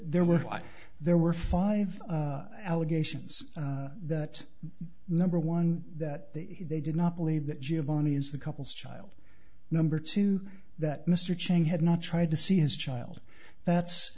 there were there were five allegations that number one that they did not believe that giovanni is the couple's child number two that mr chang had not tried to see his child that's